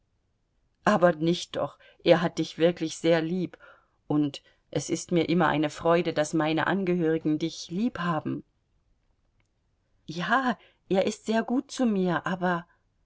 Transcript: aber nicht doch er hat dich wirklich sehr lieb und es ist mir immer eine freude daß meine angehörigen dich liebhaben ja er ist sehr gut zu mir aber